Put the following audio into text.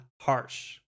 Harsh